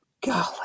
Golly